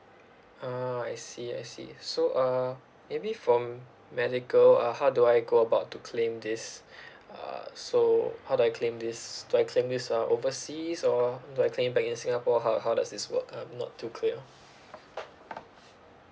ah I see I see so uh maybe for medical uh how do I go about to claim this uh so how do I claim this do I claim this uh overseas or do I claim back in singapore how how does this work I'm not too clear